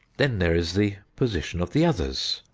then there is the position of the others.